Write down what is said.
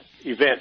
Event